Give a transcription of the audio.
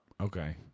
Okay